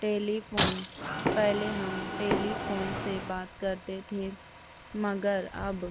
telephone پہلے ہم telephone سے بات کرتے تھے مگر اب